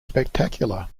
spectacular